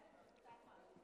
כן, אני יודע, אני יודע.